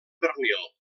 pernil